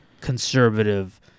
conservative